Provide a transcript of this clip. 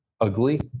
ugly